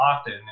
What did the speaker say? often